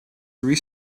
three